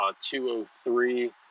203